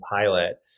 pilot